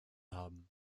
haben